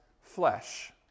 flesh